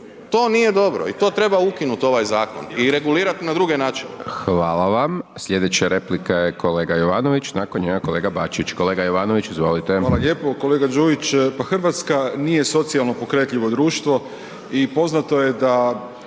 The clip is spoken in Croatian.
to nije dobro i to treba ukinuti ovaj zakon i regulirati na drugi način.